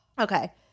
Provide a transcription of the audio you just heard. Okay